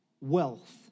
wealth